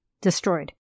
destroyed